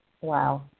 wow